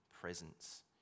presence